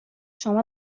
شما